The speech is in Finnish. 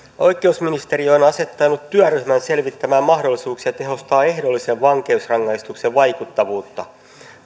oikeusministeriö on asettanut työryhmän selvittämään mahdollisuuksia tehostaa ehdollisen vankeusrangaistuksen vaikuttavuutta